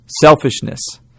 Selfishness